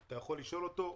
אתה יכול לשאול אותו,